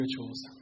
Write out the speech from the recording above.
rituals